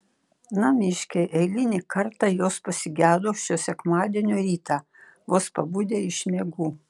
namiškiai eilinį kartą jos pasigedo šio sekmadienio rytą vos pabudę iš miegų